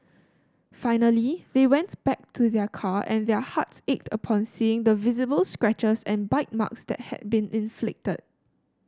finally they went back to their car and their hearts ached upon seeing the visible scratches and bite marks that had been inflicted